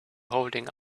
holding